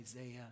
Isaiah